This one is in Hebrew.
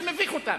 זה מביך אותם.